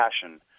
passion